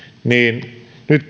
nyt